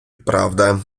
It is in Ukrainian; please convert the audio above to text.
правда